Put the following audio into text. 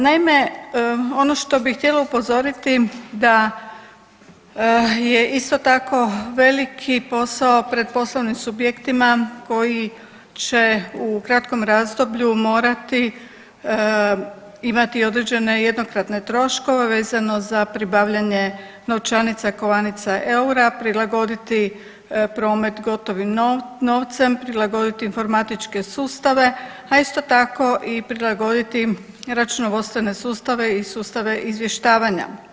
Naime, ono što bih htjela upozoriti da je isto tako veliki posao pred poslovnim subjektima koji će u kratkom razdoblju morati imati određene jednokratne troškove vezano za pribavljanje novčanica, kovanica eura, prilagoditi promet gotovom novcem, prilagodit informatičke sustave, a isto tako i prilagoditi računovodstvene sustave i sustave izvještavanja.